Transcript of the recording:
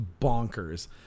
bonkers